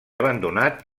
abandonat